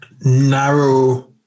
narrow